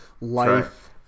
life